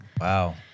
Wow